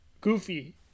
Goofy